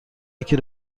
یکی